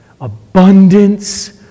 abundance